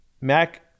Mac